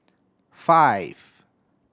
five